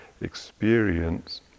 experience